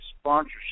sponsorship